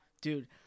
Dude